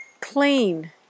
clean